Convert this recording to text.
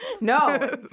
no